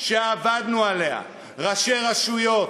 שעבדנו עליה, ראשי רשויות,